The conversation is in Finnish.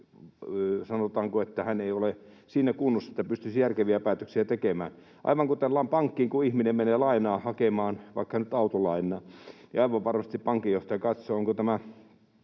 sanotaanko, että hän ei ole siinä kunnossa, että pystyisi järkeviä päätöksiä tekemään. Aivan kuten jos ihminen menee pankkiin lainaa hakemaan, vaikka nyt autolainaa, niin aivan varmasti pankinjohtaja katsoo,